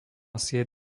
sieť